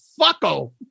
Fucko